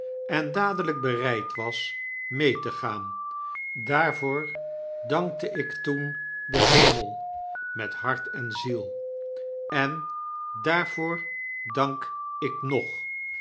en dadelyk bereid was mee te gaan daarvoor dankte ik toen den hemel met hart en ziel en daarvoor dank ik nog